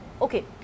okay